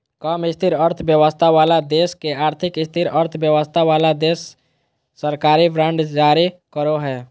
कम स्थिर अर्थव्यवस्था वाला देश के अधिक स्थिर अर्थव्यवस्था वाला देश सरकारी बांड जारी करो हय